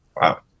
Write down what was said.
Wow